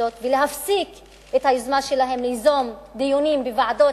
הזאת ולהפסיק את היוזמה שלהם ליזום דיונים בוועדות